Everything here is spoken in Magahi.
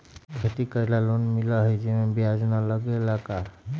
खेती करे ला लोन मिलहई जे में ब्याज न लगेला का?